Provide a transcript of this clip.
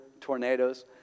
tornadoes